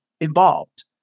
involved